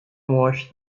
washed